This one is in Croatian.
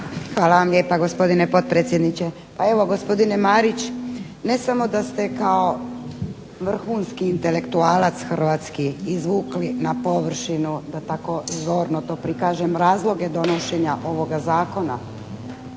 Hvala vam lijepa gospodine potpredsjedniče. Pa evo gospodine Marić ne samo da ste kao vrhunski intelektualac hrvatski izvukli na površinu da tako zorno to prikažem razloge donošenja ovoga zakona